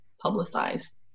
publicized